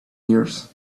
years